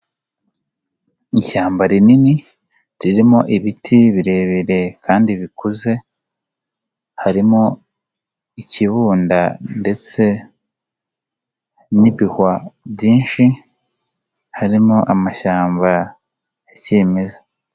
Ishyamba rinini ririmo ibiti birebire kandi bikuze. Harimo ikibunda ndetse n'ibihwa byinshi, harimo amashyamba ya kimeza.